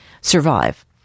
survive